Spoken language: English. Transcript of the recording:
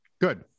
good